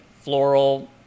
floral